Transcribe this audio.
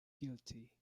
guilty